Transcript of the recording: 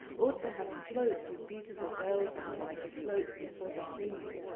ought to have floats with beautiful girls on them. like the floats before the premier.